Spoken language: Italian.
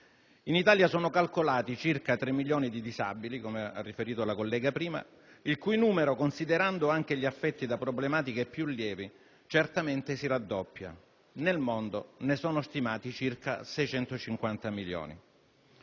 In Italia sono calcolati circa 3 milioni di disabili, come ha riferito la collega poc'anzi, il cui numero, considerando anche gli affetti da problematiche più lievi, certamente si raddoppia. Nel mondo ne sono stimati circa 650 milioni.